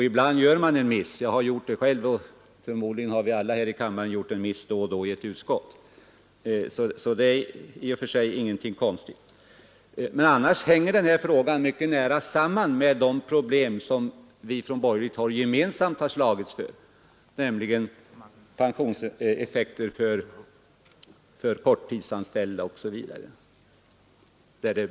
Ibland gör man en miss. Jag har gjort det själv, och förmodligen har alla kammarledamöter då och då gjort en miss i något utskott. Det är ingenting konstigt. Men annars hänger denna fråga mycket nära samman med de problem som vi från borgerligt håll gemensamt har slagits för här i kammaren och som gäller pensionseffekter för korttidsanställda m.fl.